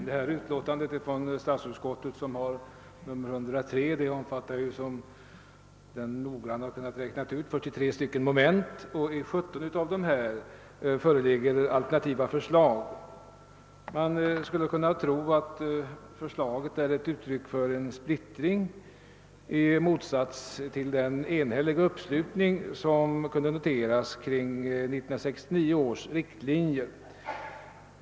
Herr talman! Statsutskottets utlåtande nr 103 omfattar, som den noggranne har kunnat se, 43 moment, och i 17 av dessa föreligger alternativa förslag. Man skulle kunna tro att förslaget är uttryck för en splittring i motsats till den enhälliga uppslutning som kunde noteras kring 1969 års riktlinjer.